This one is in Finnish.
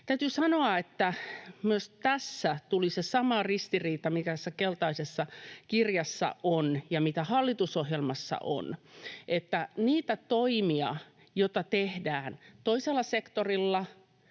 Täytyy sanoa, että myös tässä tuli se sama ristiriita, mikä tässä keltaisessa kirjassa on ja mitä hallitusohjelmassa on, että ne toimet, joita tehdään toisella sektorilla,